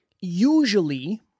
Usually